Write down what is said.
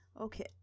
okay